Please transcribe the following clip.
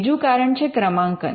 બીજું કારણ છે ક્રમાંકન